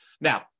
Now